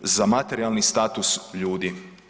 za materijalni status ljudi?